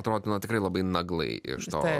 atrodytų na tikrai labai naglai iš to